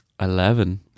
Eleven